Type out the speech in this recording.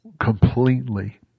completely